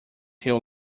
hill